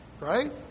right